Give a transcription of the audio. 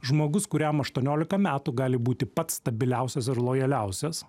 žmogus kuriam aštuoniolika metų gali būti pats stabiliausias ir lojaliausias